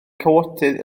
cawodydd